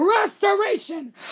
Restoration